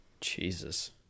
Jesus